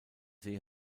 see